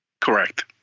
Correct